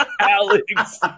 Alex